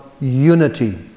unity